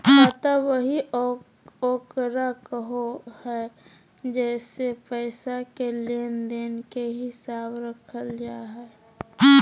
खाता बही ओकरा कहो हइ जेसे पैसा के लेन देन के हिसाब रखल जा हइ